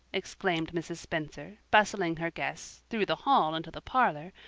exclaimed mrs. spencer, bustling her guests through the hall into the parlor,